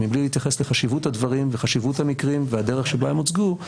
מבלי להתייחס לחשיבות הדברים וחשיבות המקרים והדרך שבה הם הוצגו,